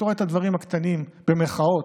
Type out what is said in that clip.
אתה רואה את "הדברים הקטנים", במירכאות,